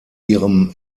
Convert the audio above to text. ihrem